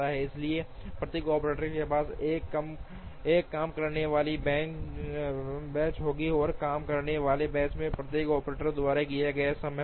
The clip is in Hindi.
इसलिए प्रत्येक ऑपरेटर के पास एक काम करने वाली बेंच होगी और काम करने वाले बेंच में प्रत्येक ऑपरेटर द्वारा लिया गया समय होगा